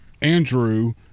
Andrew